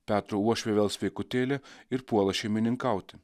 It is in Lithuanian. petro uošvė vėl sveikutėlė ir puola šeimininkauti